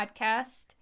podcast